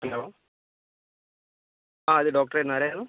hello ആ ഇത് doctor ആയിരുന്നു ആരായിരുന്നു